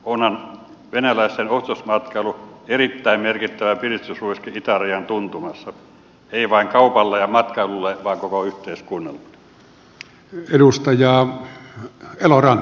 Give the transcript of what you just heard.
onhan venäläisten ostosmatkailu erittäin merkittävä piristysruiske itärajan tuntumassa ei vain kaupalle ja matkailulle vaan koko yhteiskunnalle